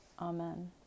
Amen